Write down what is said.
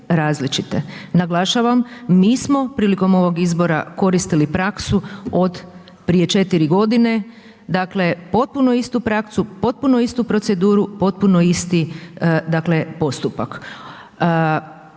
Naglašavam, mi smo prilikom ovog izbora koristili praksu od prije 4 g. dakle potpuno istu praksu, potpuno istu proceduru, potpuno isti postupak.